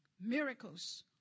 miracles